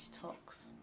talks